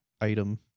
item